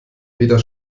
weder